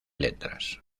letras